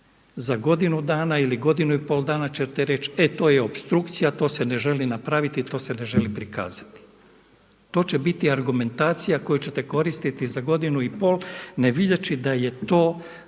Za godinu dana ili godinu i pol dana ćete reći, e to je opstrukcija, to se ne želi napraviti, to se ne želi prikazati. To će biti argumentacija koju ćete koristiti za godinu i pol nevidjeći da je to realna